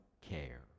care